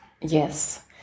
yes